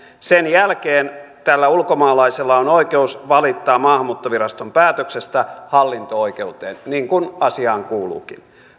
sen jälkeen tällä ulkomaalaisella on oikeus valittaa maahanmuuttoviraston päätöksestä hallinto oikeuteen niin kuin asiaan kuuluukin